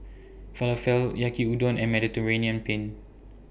Falafel Yaki Udon and Mediterranean Penne